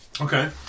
Okay